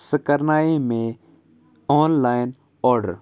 سُہ کَرنایے مےٚ آن لایِن آڈَر